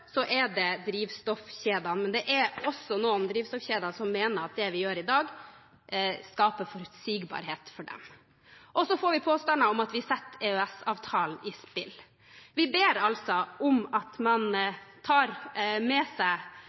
er det drivstoffkjedene. Men det er også noen drivstoffkjeder som mener at det vi gjør i dag, skaper forutsigbarhet for dem. Det kommer påstander om at vi setter EØS-avtalen i spill. Vi ber om at man skal ta med seg